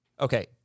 Okay